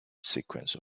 sequence